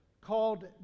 called